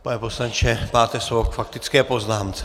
Pane poslanče, máte slovo k faktické poznámce.